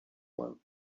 one